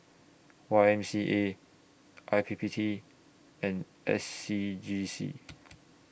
Y M C A I P P T and S C G C